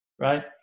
right